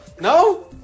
no